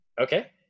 Okay